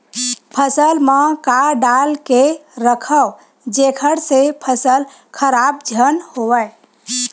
फसल म का डाल के रखव जेखर से फसल खराब झन हो?